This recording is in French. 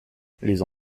les